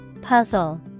Puzzle